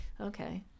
okay